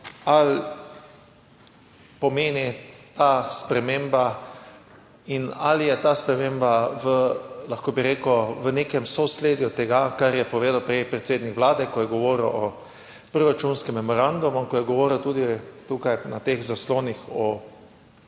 ali pomeni ta sprememba in ali je ta sprememba v, lahko bi rekel, v nekem sosledju tega, kar je povedal prej predsednik Vlade, ko je govoril o proračunskem memorandumu, ko je govoril tudi tukaj na teh zaslonih o